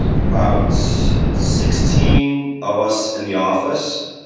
about sixteen of us in the office,